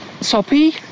soppy